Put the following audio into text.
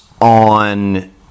on